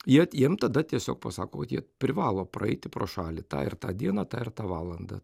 jie jiem tada tiesiog pasako kad jie privalo praeiti pro šalį tą ir tą dieną tą ir tą valandą